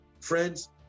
Friends